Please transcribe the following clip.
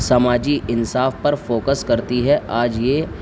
سماجی انصاف پر فوکس کرتی ہے آج یہ